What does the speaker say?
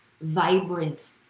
vibrant